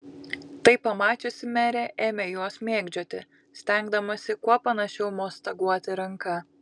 tai pamačiusi merė ėmė juos mėgdžioti stengdamasi kuo panašiau mostaguoti ranka